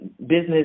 business